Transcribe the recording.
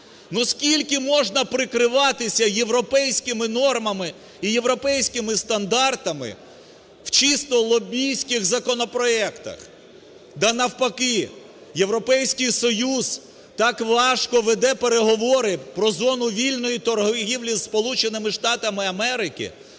Ну, скільки можна прикриватися європейськими нормами і європейськими стандартами в чисто лобістських законопроектах? Да навпаки, Європейський Союз так важко веде переговори про зону вільної торгівлі із